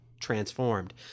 transformed